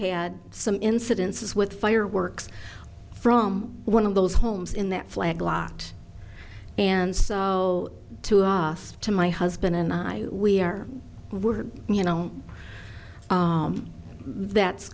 had some incidences with fireworks from one of those homes in that flag lot and so to us to my husband and i we are we're you know that's